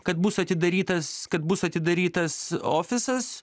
kad bus atidarytas kad bus atidarytas ofisas